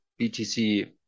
BTC